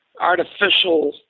artificial